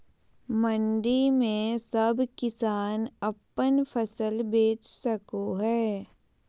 मंडी में सब किसान अपन फसल बेच सको है?